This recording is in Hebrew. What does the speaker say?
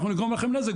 אנחנו נגרום לכם נזק,